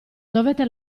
dovete